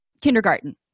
kindergarten